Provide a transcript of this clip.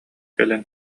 кэлэн